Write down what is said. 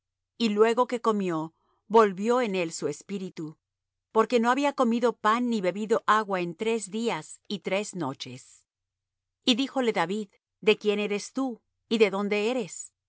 y luego que comió volvió en él su espíritu porque no había comido pan ni bebido agua en tres días y tres noches y díjole david de quién eres tú y de dónde eres